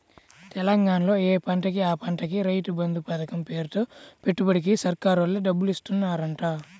తెలంగాణాలో యే పంటకి ఆ పంటకి రైతు బంధు పతకం పేరుతో పెట్టుబడికి సర్కారోల్లే డబ్బులిత్తన్నారంట